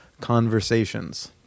conversations